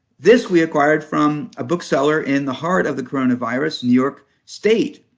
this we acquired from a bookseller in the heart of the coronavirus, new york state.